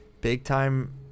big-time